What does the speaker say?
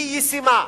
והיא ישימה.